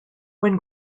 when